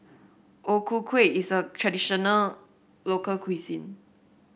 O Ku Kueh is a traditional local cuisine